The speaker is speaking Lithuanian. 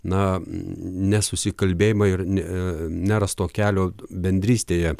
na nesusikalbėjimą ir ne nerasto kelio bendrystėje